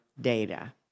data